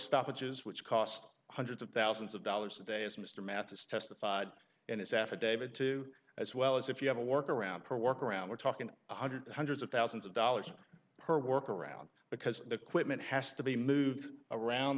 stoppages which cost hundreds of thousands of dollars a day as mr mathis testified in his affidavit to as well as if you have a work around for a work around we're talking one hundred hundreds of thousands of dollars per work around because the quitman has to be moved around